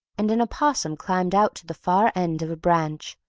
and an opossum climbed out to the far end of a branch,